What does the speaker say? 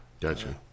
Gotcha